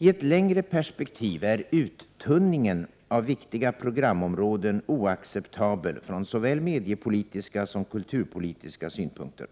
I ett längre perspektiv är uttunningen av viktiga programområden oacceptabel från såväl mediepolitiska som kulturpolitiska synpunkter.